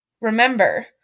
Remember